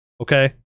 Okay